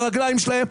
לרגליים שלהם,